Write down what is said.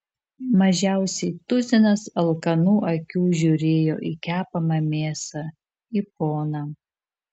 mažiausiai tuzinas alkanų akių žiūrėjo į kepamą mėsą į poną